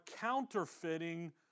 counterfeiting